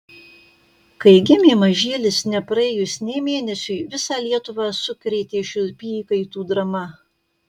kai gimė mažylis nepraėjus nė mėnesiui visą lietuvą sukrėtė šiurpi įkaitų drama